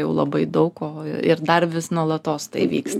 jau labai daug ko ir dar vis nuolatos tai įvyks